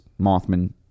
mothman